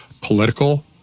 political